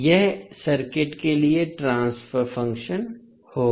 यह सर्किट के लिए ट्रांसफर फंक्शन होगा